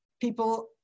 people